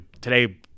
today